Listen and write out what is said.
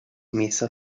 messa